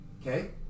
Okay